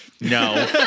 No